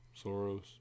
Soros